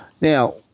Now